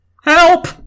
help